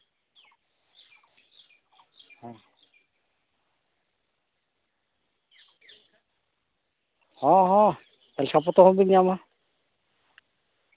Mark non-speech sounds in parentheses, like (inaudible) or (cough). ᱦᱚᱸ ᱦᱚᱸ ᱦᱚᱸ (unintelligible) ᱯᱚᱛᱚᱵᱽ ᱦᱚᱸᱵᱤᱱ ᱧᱟᱢᱟ